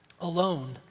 alone